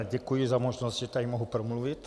Děkuji za možnost, že tady mohu promluvit.